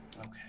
Okay